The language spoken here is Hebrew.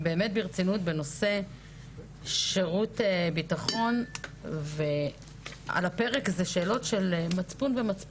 בסוף כולנו ביחד זה פסיפס של מדינת